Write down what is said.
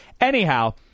Anyhow